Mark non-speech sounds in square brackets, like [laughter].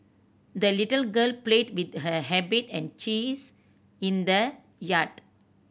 the little girl played with her [unintelligible] and cheese in the yard